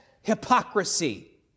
hypocrisy